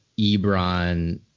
Ebron